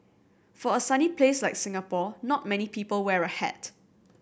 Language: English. for a sunny places like Singapore not many people wear a hat